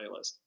playlist